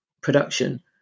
production